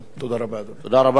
תודה רבה, אדוני.